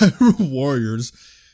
Warriors